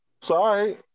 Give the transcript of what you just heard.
Sorry